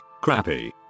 crappy